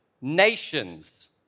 nations